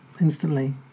instantly